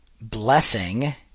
blessing